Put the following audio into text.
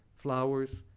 flowers,